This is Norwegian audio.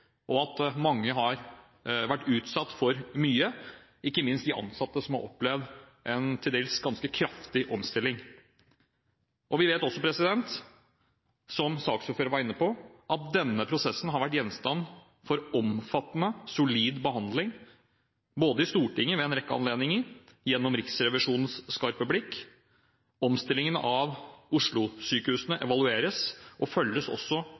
og at mange har vært utsatt for mye – ikke minst de ansatte, som har opplevd en til dels ganske kraftig omstilling. Vi vet også – som saksordføreren var inne på – at denne prosessen har vært gjenstand for omfattende, solid behandling, både i Stortinget ved en rekke anledninger og gjennom Riksrevisjonens skarpe blikk. Omstillingen av Oslo-sykehusene evalueres og følges også